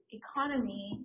economy